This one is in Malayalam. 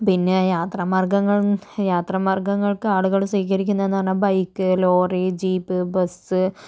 പിന്നെ യാത്രാ മാർഗ്ഗങ്ങൾ യാത്രാ മാർഗ്ഗങ്ങൾക്ക് ആളുകൾ സ്വീകരിക്കുന്നതെന്ന് പറഞ്ഞാൽ ബൈക്ക് ലോറി ജീപ്പ് ബസ്സ്